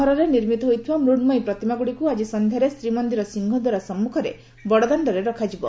ସହରରେ ନିର୍ମିତ ହୋଇଥିବା ମୃଶ୍କୟୀ ପ୍ରତିମାଗୁଡ଼ିକୁ ଆକି ସନ୍ଧ୍ୟାରେ ଶ୍ରୀମନ୍ଦିର ସିଂହଦ୍ୱାର ସମ୍ମୁଖରେ ବଡ଼ଦାଣ୍ଡରେ ରଖାଯିବ